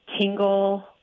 tingle